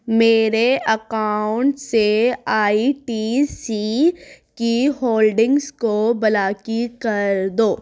میرے اکاؤنٹ سے I T C کی ہولڈنگز کو بلاک ہی کر دو